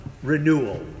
Renewal